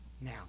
now